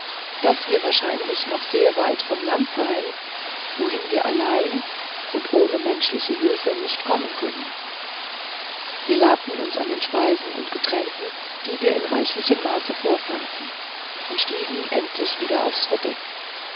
daß wir wahrscheinlich noch sehr weit vom land seien wohin wir allein und ohne menschliche hülfe nicht kommen können wir labten uns an den speisen und getränken die wir in reichlichem maß vorfanden und stiegen endlich wieder aufs verdeck